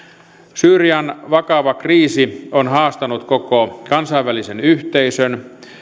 syyrian vakava kriisi on haastanut koko kansainvälisen yhteisön